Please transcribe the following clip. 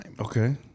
Okay